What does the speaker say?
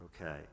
Okay